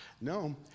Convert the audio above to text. No